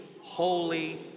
holy